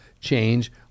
change